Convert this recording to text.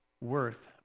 worth